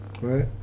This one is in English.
right